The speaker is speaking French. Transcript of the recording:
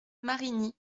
marigny